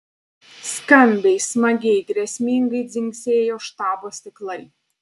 skambiai smagiai grėsmingai dzingsėjo štabo stiklai